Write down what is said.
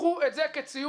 קחו את זה כציו"ח,